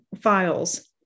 files